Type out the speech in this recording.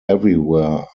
everywhere